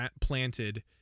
planted